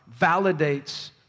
validates